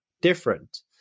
different